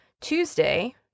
Tuesday